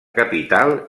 capital